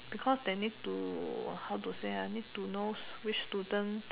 because they need to how to say ah need to know which student